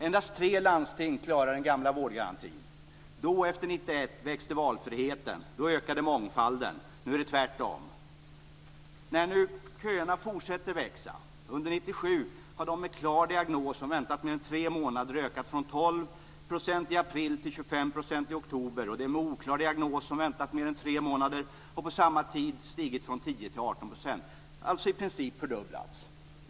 Endast tre landsting klarar den gamla vårdgarantin. Då, efter 1991, växte valfriheten. Då ökade mångfalden. Nu är det tvärtom. Nu fortsätter köerna att växa. Under 1997 ökade antalet människor med en klar diagnos och som väntat mer än tre månader från 12 % i april till 25 % i oktober. Antalet människor med en oklar diagnos som väntat mer än tre månader har under samma tid ökat från 10 % till 18 %, alltså i princip en fördubbling.